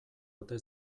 ote